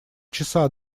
часа